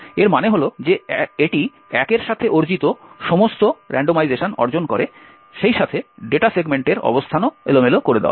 এর মানে হল যে এটি 1 এর সাথে অর্জিত সমস্ত রান্ডমাইজেশন অর্জন করে সেই সাথে ডেটা সেগমেন্টের অবস্থানও এলোমেলো করা হয়